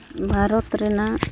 ᱵᱷᱟᱨᱚᱛ ᱨᱮᱱᱟᱜ